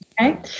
Okay